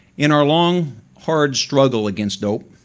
in our long, hard struggle against dope,